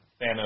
Thanos